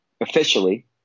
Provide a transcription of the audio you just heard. officially